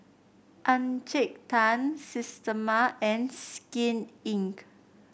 Encik Tan Systema and Skin Inc